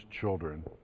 children